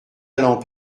lampe